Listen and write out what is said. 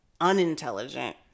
unintelligent